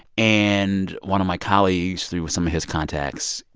and one of my colleagues, through some of his contacts,